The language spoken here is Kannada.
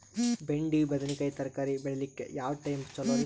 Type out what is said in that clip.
ಬೆಂಡಿ ಬದನೆಕಾಯಿ ತರಕಾರಿ ಬೇಳಿಲಿಕ್ಕೆ ಯಾವ ಟೈಮ್ ಚಲೋರಿ?